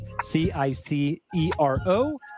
C-I-C-E-R-O